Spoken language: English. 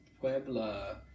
Puebla